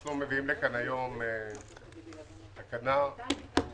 אנחנו מביאים לכאן היום תקנה - ברקת,